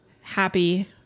happy